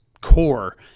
core